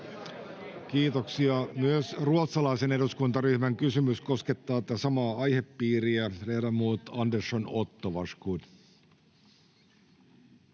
vielä!] Myös ruotsalaisen eduskuntaryhmän kysymys koskee tätä samaa aihepiiriä.